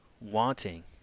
wanting